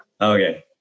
Okay